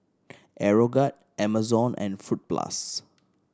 Aeroguard Amazon and Fruit Plus